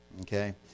Okay